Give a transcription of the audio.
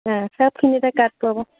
অঁ চবখিনিতে কাৰ্ড পাব